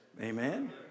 Amen